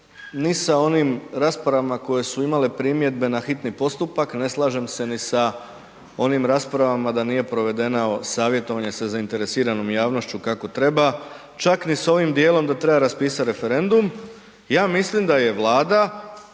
ni sa onim raspravama koje su imale primjedbe na hitni postupak, ne slažem se ni sa onim raspravama da nije provedeno savjetovanje sa zainteresiranom javnošću kako treba, čak ni s ovim dijelom da treba raspisati referendum. Ja mislim da je Vlada